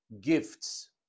gifts